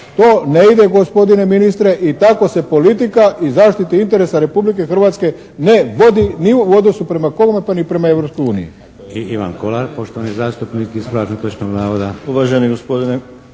To ne ide gospodine ministre i tako se politika i zaštita interesa Republike Hrvatske ne vodi ni u odnosu prema kome pa ni prema